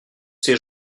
ces